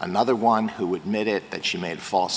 another one who would made it but she made false